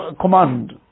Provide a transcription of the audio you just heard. command